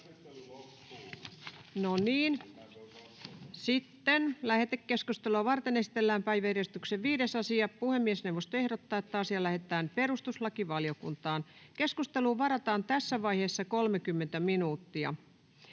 Lähetekeskustelua varten esitellään päiväjärjestyksen 6. asia. Puhemiesneuvosto ehdottaa, että asia lähetetään ympäristövaliokuntaan. Keskusteluun varataan tässä vaiheessa enintään 30 minuuttia.